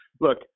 Look